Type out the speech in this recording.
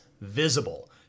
visible